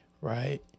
Right